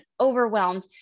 overwhelmed